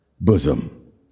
bosom